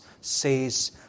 says